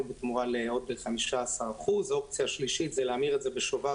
בתמורה לעוד 15%. האופציה השלישית זה להמיר את זה בשובר